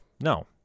No